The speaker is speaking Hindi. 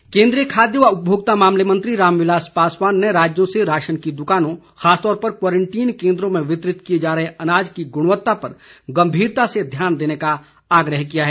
पासवान केन्द्रीय खाद्य व उपभोक्ता मामले मंत्री राम विलास पासवान ने राज्यों से राशन की दुकानों खासतौर पर क्वारेंटीन केंद्रों में वितरित किए जा रहे अनाज की गुणवत्ता पर गंभीरता से ध्यान देने का आग्रह किया है